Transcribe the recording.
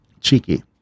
Cheeky